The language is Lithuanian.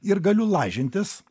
ir galiu lažintis